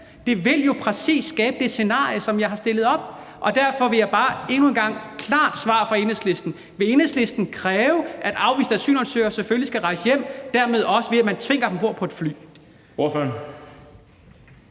Det vil jo præcis skabe det scenarie, som jeg har stillet op, og derfor vil jeg bare endnu en gang bede om et klart svar fra Enhedslistens ordfører: Vil Enhedslisten kræve, at afviste asylansøgere selvfølgelig skal rejse hjem, også ved at man tvinger dem om bord på et fly?